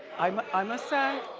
um i must say.